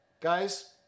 Guys